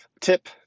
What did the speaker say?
Tip